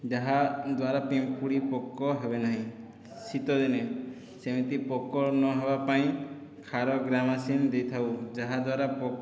ଯାହାଦ୍ୱାରା ପିମ୍ପୁଡ଼ି ପୋକ ହେବେ ନାହିଁ ଶୀତ ଦିନେ ସେମିତି ପୋକ ନହେବା ପାଇଁ ଖାର ଗ୍ୟାମାସିନ ଦେଇଥାଉ ଯାହାଦ୍ୱାରା ପୋକ